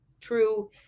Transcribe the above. true